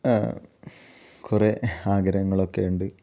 കുറേ ആഗ്രഹങ്ങളൊക്കെയുണ്ട്